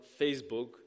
Facebook